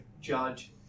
judge